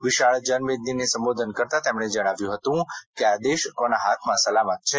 વિશાળ જનમેદનીને સંબોધન કરતા તેમણે જણાવ્યું હતું કે આ દેશ કોના હાથમાં સલામત હોય છે